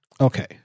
Okay